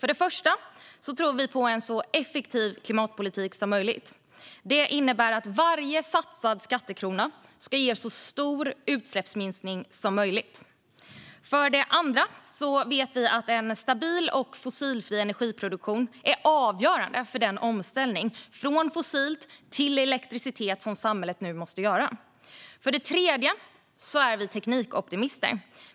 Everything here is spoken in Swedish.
För det första tror vi på en så effektiv klimatpolitik som möjligt. Det innebär att varje satsad skattekrona ska ge så stor utsläppsminskning som möjligt. För det andra vet vi att en stabil och fossilfri energiproduktion är avgörande för den omställning från fossilt till elektricitet som samhället nu måste göra. För det tredje är vi teknikoptimister.